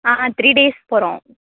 ஆ three days போகிறோம்